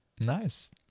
nice